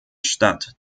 stadt